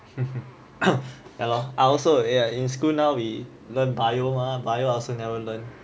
ya lor I also ya in school now we learn bio bio also never learn